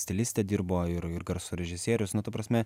stilistė dirbo ir ir garso režisierius nu ta prasme